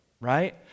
right